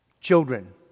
Children